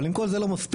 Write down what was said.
אבל אם כל זה לא מספיק,